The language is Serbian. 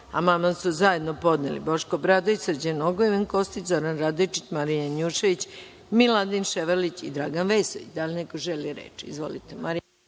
amandman su zajedno podneli Boško Obradović, Srđan Nogo, Ivan Kostić, Zoran Radojčić, Marija Janjušević, Miladin Ševarlić i Dragan Vesović. Da li neko želi reč? (Da)Izvolite,